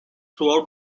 throughout